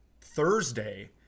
Thursday